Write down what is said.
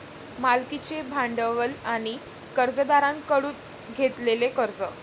मालकीचे भांडवल आणि कर्जदारांकडून घेतलेले कर्ज